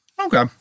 Okay